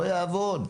לא יעבוד.